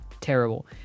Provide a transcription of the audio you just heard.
terrible